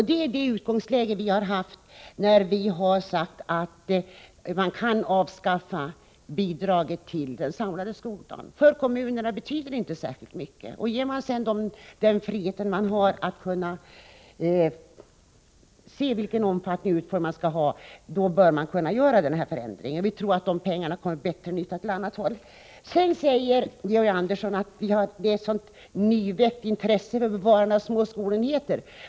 Det är det utgångsläge vi har haft när vi har sagt att man kan avskaffa bidraget till den samlade skoldagen. För kommunerna betyder det inte särskilt mycket, och ger man dem sedan friheten att avgöra dess omfattning och utformning, bör man kunna göra den här förändringen. Vi tror att de pengarna kommer till bättre nytta på annat håll. Georg Andersson säger att det är ett sådant nyväckt intresse för bevarande av små skolenheter.